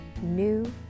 New